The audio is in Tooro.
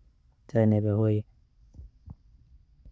chai neba ehoire.